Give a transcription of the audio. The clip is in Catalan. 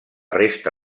resta